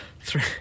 three